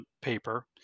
paper